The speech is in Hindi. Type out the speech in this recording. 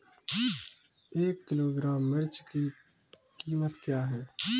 एक किलोग्राम मिर्च की कीमत क्या है?